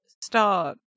start